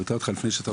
קוטע אותך שוב,